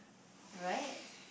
right